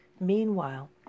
Meanwhile